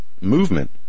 movement